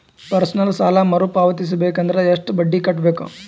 Personal ಸಾಲ ಮರು ಪಾವತಿಸಬೇಕಂದರ ಎಷ್ಟ ಬಡ್ಡಿ ಕಟ್ಟಬೇಕು?